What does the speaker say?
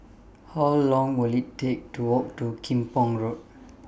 How Long Will IT Take to Walk to Kim Pong Road